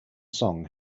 song